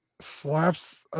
slaps